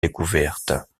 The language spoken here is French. découverte